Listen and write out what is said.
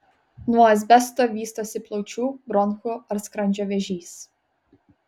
nuo asbesto vystosi plaučių bronchų ar skrandžio vėžys